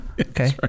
Okay